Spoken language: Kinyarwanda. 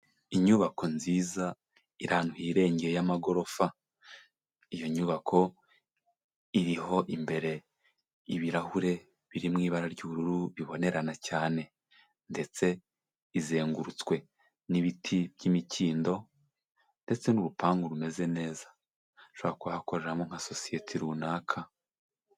Inyubako nziza iri ahantu hirengeye y'amagorofa, iyo nyubako iriho imbere ibirahure biri mu ibara ry'ubururu bibonerana cyane, ndetse izengurutswe n'ibiti by'imikindo, ndetse n'urupangu rumeze neza, hashobora kuba hakoreramo nka sosiyete runaka.